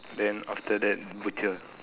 then after that butcher